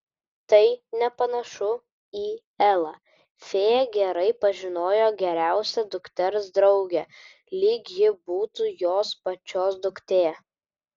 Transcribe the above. tai nepanašu į elą fėja gerai pažinojo geriausią dukters draugę lyg ji būtų jos pačios duktė